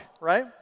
Right